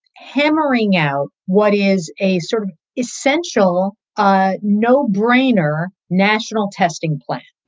hammering out what is a sort of essential ah no brainer national testing plan.